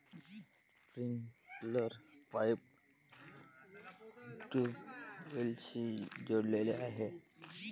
sprinkler pipe ट्यूबवेल्सशी जोडलेले आहे